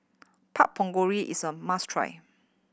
Pork Bulgogi is a must try